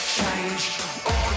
change